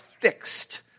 fixed